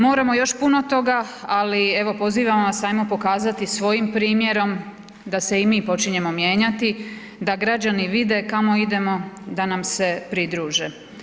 Moramo još puno toga, ali evo pozivam vas ajmo pokazati svojim primjerom da se i mi počinjemo mijenjati da građani vide kamo idemo, da nam se pridruže.